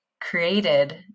created